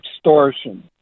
extortion